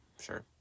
sure